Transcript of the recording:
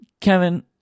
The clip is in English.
Kevin